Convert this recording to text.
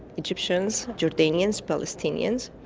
egyptians, jordanians, palestinians,